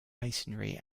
masonry